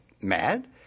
mad